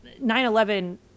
9/11